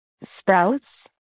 sprouts